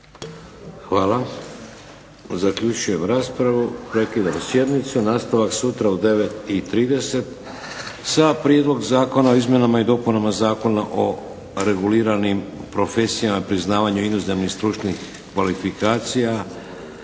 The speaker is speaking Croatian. Hvala. Zaključujem raspravu. Prekidam sjednicu. Nastavak sutra u 9,30 sa Prijedlog zakona sa izmjenama i dopunama Zakona o reguliranim profesijama, priznavanju inozemnih stručnih kvalifikacija